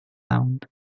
sound